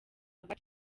rwa